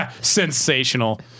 Sensational